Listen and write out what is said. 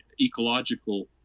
ecological